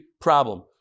problem